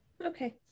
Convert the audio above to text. Okay